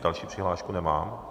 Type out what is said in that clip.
Další přihlášku nemám.